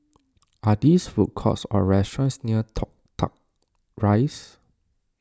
are these food courts or restaurants near Toh Tuck Rise